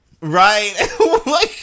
Right